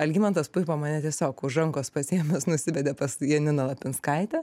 algimantas puipa mane tiesiog už rankos pasiėmęs nusivedė pas janiną lapinskaitę